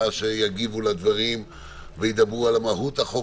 שיגיבו לדברים וידברו על מהות החוק.